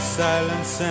silence